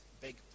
big